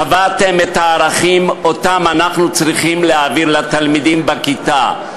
קבעתם את הערכים שאנחנו צריכים להעביר לתלמידים בכיתה.